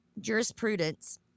jurisprudence